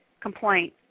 complaint